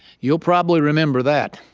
you'll probably remember that.